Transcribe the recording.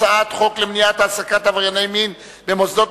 אני קובע שהצעת חוק למניעת העסקת עברייני מין (תיקון,